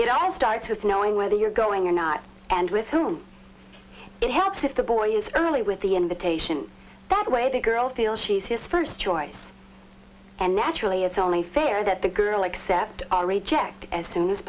it all starts with knowing whether you're going or not and with whom it helps if the boy is only with the invitation that way the girl feels she is his first choice and naturally it's only fair that the girl accept or reject as soon as